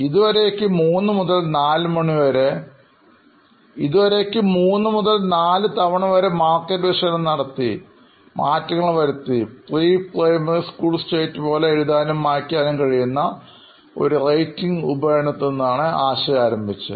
ഇതുവരേക്കും മൂന്നു മുതൽ നാലു തവണ വരെ മാർക്കറ്റ് വിശകലനം നടത്തി മാറ്റങ്ങൾ വരുത്തി പ്രീ പ്രൈമറി സ്കൂൾ സ്ലേറ്റ് പോലെ എഴുതാനും മായ്ക്കാനും കഴിയുന്ന ഒരു റൈറ്റിങ് ഉപകരണത്തിൽ നിന്നാണ് ആശയം ആരംഭിച്ചത്